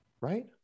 Right